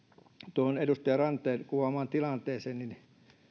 tuohon edustaja ranteen kuvaamaan tilanteeseen